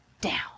down